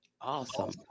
awesome